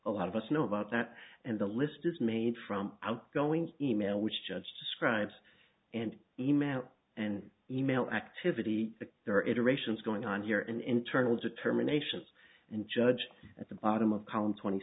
a lot of us know about that and the list is made from outgoing email which judge describes and email and e mail activity there iterations going on here and internal determinations and judge at the bottom of column twenty